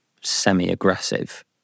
semi-aggressive